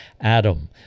Adam